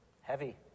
heavy